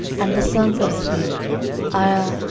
and the sons of zibeon aiah,